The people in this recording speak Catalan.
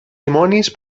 dimonis